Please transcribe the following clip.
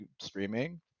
streaming